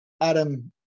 adam